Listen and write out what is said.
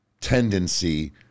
tendency